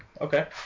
Okay